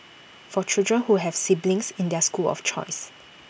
for children who have siblings in their school of choice